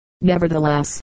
nevertheless